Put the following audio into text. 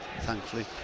thankfully